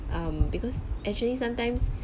um because actually sometimes